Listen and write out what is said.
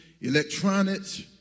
electronics